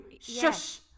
Shush